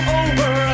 over